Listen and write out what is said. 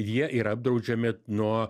jie yra apdraudžiami nuo